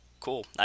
Cool